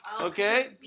Okay